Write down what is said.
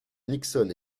nixon